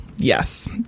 Yes